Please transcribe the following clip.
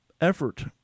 effort